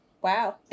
wow